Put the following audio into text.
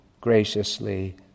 graciously